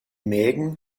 mägen